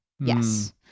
yes